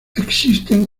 existen